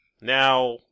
Now